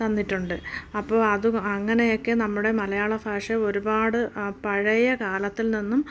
തന്നിട്ടുണ്ട് അപ്പോൾ അതുകൊ അങ്ങനെയൊക്കെ നമ്മുടെ മലയാള ഭാഷ ഒരുപാട് പഴയ കാലത്തിൽ നിന്നും